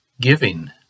Giving